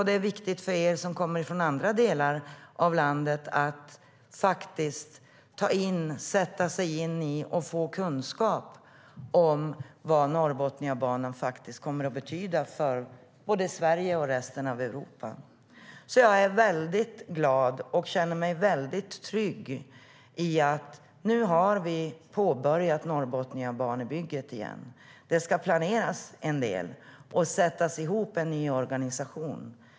Det är viktigt för er som kommer från andra delar av landet att sätta er in i och få kunskap om vad Norrbotniabanan faktiskt kommer att betyda för både Sverige och resten av Europa.Jag är väldigt glad, och jag känner mig väldigt trygg med att vi nu har börjat Norrbotniabanebygget igen. Det ska planeras en del, och en ny organisation ska sättas ihop.